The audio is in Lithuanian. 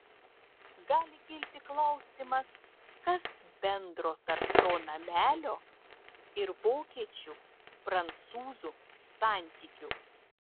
gali kilti klausimas kas bendro tarp to namelio ir vokiečių prancūzų santykių